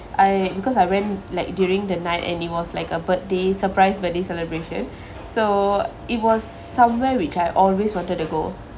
I because I went like during the night and it was like a birthday surprise birthday celebration so it was somewhere which I always wanted to go